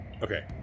Okay